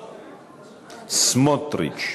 סמוֹטריץ.